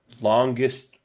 longest